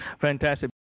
Fantastic